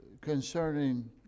concerning